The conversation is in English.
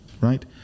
right